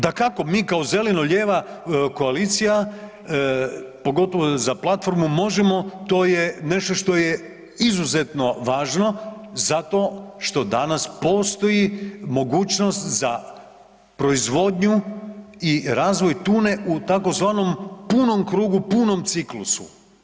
Dakako mi kao zeleno-lijeva koalicija pogotovo za platformu Možemo to je nešto što je izuzetno važno zato što danas postoji mogućnost za proizvodnju i razvoj tune u tzv. punom krugu, punom ciklusu.